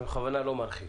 אני בכוונה לא מרחיב.